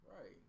Right